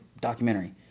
documentary